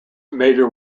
major